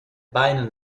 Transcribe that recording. beine